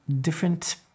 different